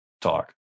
talk